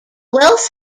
wealth